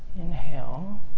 inhale